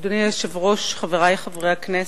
אדוני היושב-ראש, חברי חברי הכנסת,